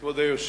כבוד היושב-ראש,